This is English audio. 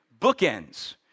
bookends